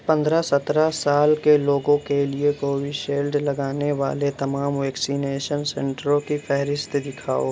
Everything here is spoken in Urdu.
پندرہ سترہ سال کے لوگوں کے لیے کووشیلڈ لگانے والے تمام ویکسینیشن سینٹروں کی فہرست دکھاؤ